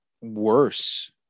worse